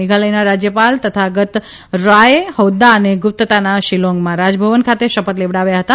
મેઘાલયના રાજયપાલ તથાગત રાયે હોદ્દા અને ગુપ્તતાના શિલોંગમાં રાજભવન ખાતે શપથ લેવડાવ્યા હતા